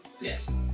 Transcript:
Yes